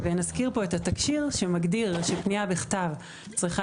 נזכיר כאן את התקשי"ר שמגדיר שפנייה בכתב צריכה